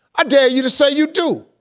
i dare you to say you do.